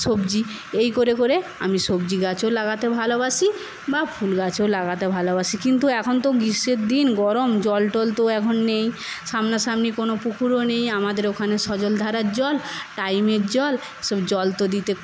সবজি এই করে করে আমি সবজি গাছও লাগাতে ভালোবাসি বা ফুল গাছও লাগাতে ভালোবাসি কিন্তু এখন তো গীষ্মের দিন গরম জল টল তো এখন নেই সামনা সামনি কোনো পুকুরও নেই আমাদের ওখানে সজলধারার জল টাইমের জল সব জল তো দিতে